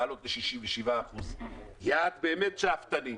לעלות ל-67% - יעד באמת שאפתני.